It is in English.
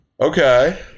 okay